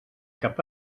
cap